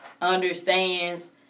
understands